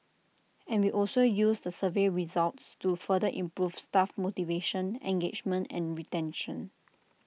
and we also use the survey results to further improve staff motivation engagement and retention